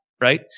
right